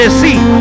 see